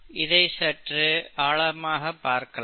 இதை சற்று ஆழமாகப் பார்க்கலாம்